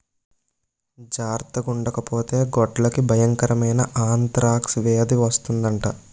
జార్తగుండకపోతే గొడ్లకి బయంకరమైన ఆంతరాక్స్ వేది వస్తందట